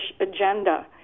agenda